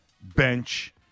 bench